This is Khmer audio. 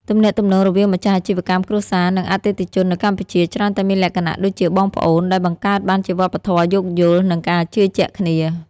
ទំនាក់ទំនងរវាងម្ចាស់អាជីវកម្មគ្រួសារ និងអតិថិជននៅកម្ពុជា ច្រើនតែមានលក្ខណៈដូចជាបងប្អូន ដែលបង្កើតបានជាវប្បធម៌យោគយល់ និងការជឿជាក់គ្នា។